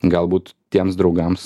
galbūt tiems draugams